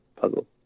puzzle